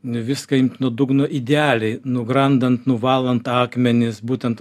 viską imt nuo dugno idealiai nugramdant nuvalant akmenis būtent